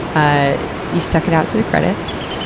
ah you stuck it out through the credits,